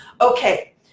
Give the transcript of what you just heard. Okay